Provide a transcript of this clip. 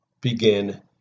begin